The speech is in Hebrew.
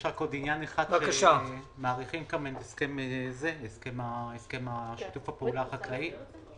יש עוד עניין אחד שמאריכים את הסכם שיתוף הפעולה החקלאי.